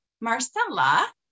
Marcella